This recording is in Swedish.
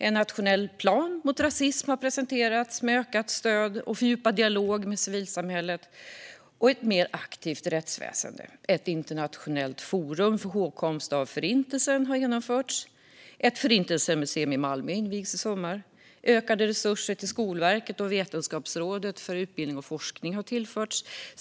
En nationell plan mot rasism har presenterats med ökat stöd och fördjupad dialog med civilsamhället och ett mer aktivt rättsväsen. Ett internationellt forum för hågkomst av Förintelsen har genomförts. Förintelsemuseet i Malmö invigs i sommar. Ökade resurser för utbildning och forskning har tillförts Skolverket och Vetenskapsrådet.